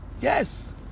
Yes